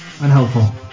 Unhelpful